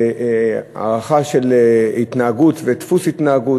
זה הערכה של התנהגות ודפוס התנהגות.